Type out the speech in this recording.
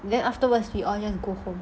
then afterwards we all just go home